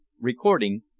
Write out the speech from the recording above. Recording